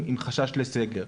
עם חשש לסגר.